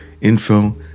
info